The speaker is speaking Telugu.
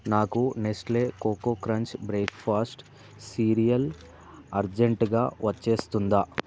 నాకు Nestle coco crunch breakfast cereal అర్జెంటుగా వచ్చేస్తుందా